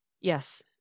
Yes